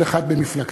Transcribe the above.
כל אחד במפלגתו,